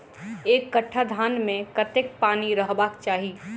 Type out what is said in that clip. एक कट्ठा धान मे कत्ते पानि रहबाक चाहि?